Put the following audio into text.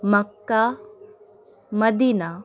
Mecca Medina